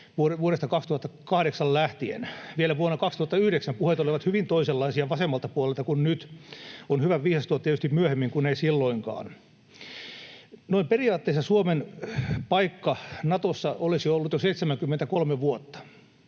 vuodesta 2008 lähtien. Vielä vuonna 2009 puheet olivat hyvin toisenlaisia vasemmalta puolelta kuin nyt. On hyvä viisastua tietysti myöhemmin kuin ei silloinkaan. Noin periaatteessa Suomen paikka Natossa olisi ollut jo 73 vuotta